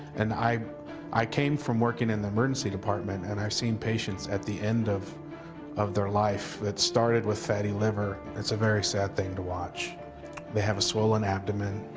and i i came from working in the emergency department and i've seen patients at the end of of their life that started with fatty liver it's a very sad thing to watch they have a swollen abdomen